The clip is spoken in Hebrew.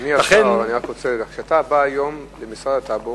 אדוני השר, כשאתה בא היום למשרד הטאבו,